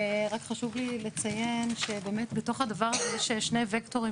רק חשוב לי לציין שבאמת בתוך הדבר הזה יש שני וקטורים